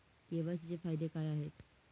KYC चे फायदे काय आहेत?